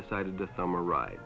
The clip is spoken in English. decided to summarize